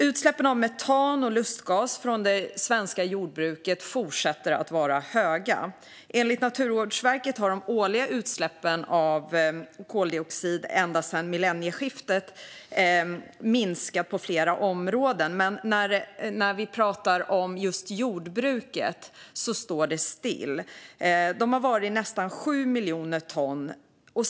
Utsläppen av metan och lustgas från det svenska jordbruket fortsätter att vara höga. Enligt Naturvårdsverket har de årliga utsläppen av koldioxid minskat på flera områden ända sedan millennieskiftet, men för jordbruket står det stilla på nästan 7 miljoner ton.